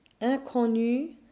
inconnu